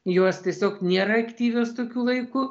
jos tiesiog nėra aktyvios tokiu laiku